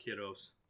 kiddos